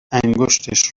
انگشتش